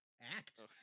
act